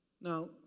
Now